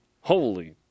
holy